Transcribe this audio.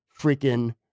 freaking